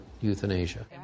euthanasia